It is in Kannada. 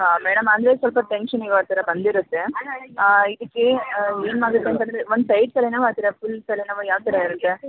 ಹಾಂ ಮೇಡಮ್ ಅಂದರೆ ಸ್ವಲ್ಪ ಟೆನ್ಶನ್ನಿಗೆ ಆ ಥರ ಬಂದಿರುತ್ತೆ ಇದಕ್ಕೇ ಏನು ಮಾಡ್ಬೇಕು ಅಂತಂದರೆ ಒನ್ ಸೈಡ್ ತಲೆ ನೋವಾ ಫುಲ್ ತಲೆ ನೋವಾ ಯಾವ ಥರ ಇರುತ್ತೆ